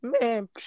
Man